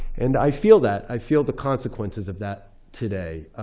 and i feel that. i feel the consequences of that today.